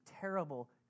terrible